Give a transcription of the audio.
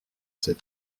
c’est